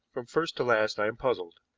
from first to last i am puzzled.